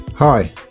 Hi